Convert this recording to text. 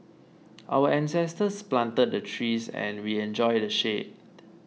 our ancestors planted the trees and we enjoy the shade